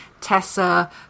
Tessa